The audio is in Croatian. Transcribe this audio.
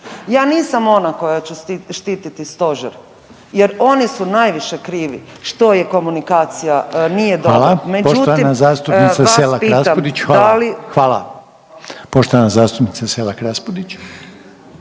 Ja nisam ona koja će štititi Stožer jer oni su najviše krivi što komunikacija nije dobra. Međutim, vas pitam da li